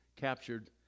captured